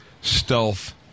stealth